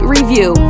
review